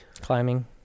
Climbing